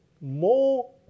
more